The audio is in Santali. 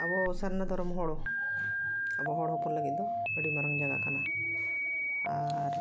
ᱟᱵᱚ ᱥᱟᱨᱱᱟ ᱫᱷᱚᱨᱚᱢ ᱦᱚᱲ ᱟᱵᱚ ᱦᱚᱲ ᱦᱚᱯᱚᱱ ᱞᱟᱹᱜᱤᱫ ᱫᱚ ᱟᱹᱰᱤ ᱢᱟᱨᱟᱝ ᱡᱟᱭᱜᱟ ᱠᱟᱱᱟ ᱟᱨ